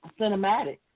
cinematic